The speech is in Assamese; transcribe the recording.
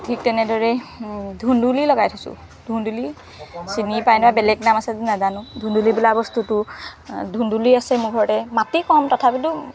ঠিক তেনেদৰেই ধুন্দুলি লগাই থৈছোঁ ধুন্দুলি চিনি পায় নহয় বেলেগ নাম আছে যদি নাজানো ধুন্দুলি বোলা বস্তুটো ধুন্দুলি আছে মোৰ ঘৰতে মাটি কম তথাপিতো